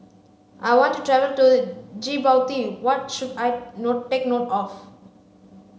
I want to travel to Djibouti what should I note take note of